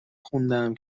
خوندم